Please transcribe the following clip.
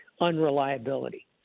unreliability